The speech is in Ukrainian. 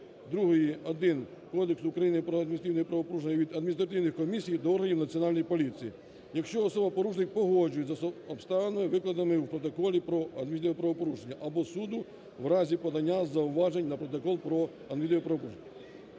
другою статті 152-1 Кодексу України про адміністративні правопорушення від адміністративних комісій до органів Національної поліції, якщо особа-порушник погоджується з обставинами, викладеними в протоколі про адміністративні правопорушення, або суду в разі подання зауважень на протокол про адміністративні правопорушення.